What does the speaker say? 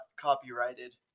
copyrighted